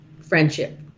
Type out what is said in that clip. friendship